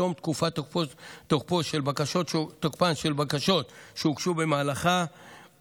תום תקופת תוקפן של בקשות שהוגשו במהלכה